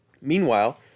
Meanwhile